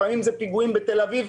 לפעמים זה פיגועים בתל אביב.